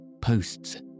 posts